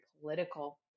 political